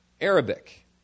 Arabic